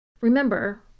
Remember